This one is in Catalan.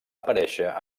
aparèixer